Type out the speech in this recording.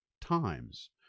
times